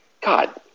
God